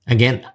Again